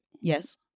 Yes